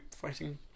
fighting